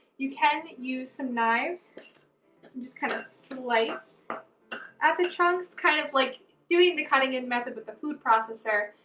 you can use some knives, and just kind of slice at the chunks kind of like doing the cutting in method with the food processor.